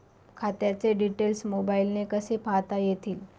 खात्याचे डिटेल्स मोबाईलने कसे पाहता येतील?